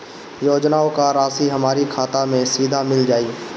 योजनाओं का राशि हमारी खाता मे सीधा मिल जाई?